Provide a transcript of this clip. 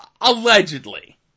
Allegedly